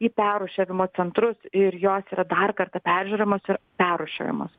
į perrūšiavimo centrus ir jos yra dar kartą peržiūrimos ir perrūšiuojamos